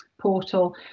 portal